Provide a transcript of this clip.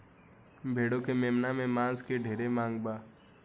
भेड़ के मेमना के मांस के ढेरे मांग बा